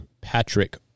Patrick